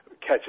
catch